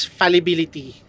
fallibility